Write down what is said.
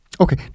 okay